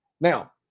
Now